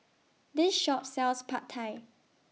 This Shop sells Pad Thai